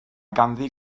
ganddi